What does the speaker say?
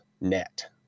net